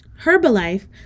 Herbalife